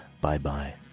Bye-bye